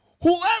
Whoever